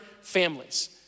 families